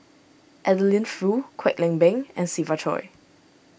Adeline Foo Kwek Leng Beng and Siva Choy